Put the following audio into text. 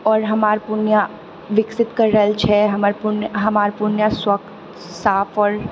आओर हमर पुर्णियाँ विकसित करि रहल छै हमर पुर्णियाँ हमर पुर्णियाँ स्वच्छ साफ आओर